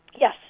Yes